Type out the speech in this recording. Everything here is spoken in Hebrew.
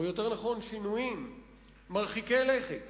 או יותר נכון שינויים מרחיקי לכת